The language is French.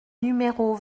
numéro